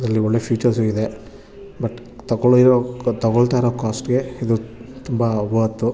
ಇದರಲ್ಲಿ ಒಳ್ಳೆ ಪ್ಯೂಚರ್ಸು ಇದೆ ಬಟ್ ತಗೊಳ್ಳಿರೋ ತಗೊಳ್ತಾ ಇರೋ ಕಾಸ್ಟ್ಗೆ ಇದು ತುಂಬ ವರ್ತು